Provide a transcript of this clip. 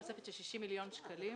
תוספת של 60 מיליון שקלים,